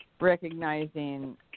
recognizing